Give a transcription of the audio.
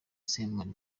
simon